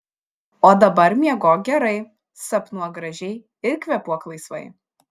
o dabar miegok gerai sapnuok gražiai ir kvėpuok laisvai